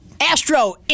Astro